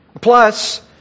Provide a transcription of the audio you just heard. Plus